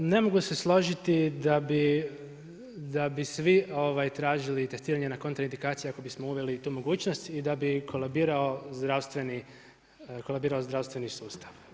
Ne mogu se složiti da bi svi tražili testiranje na kontra indikacije ako bismo uveli i tu mogućnost i da bi kolabirao zdravstveni sustav.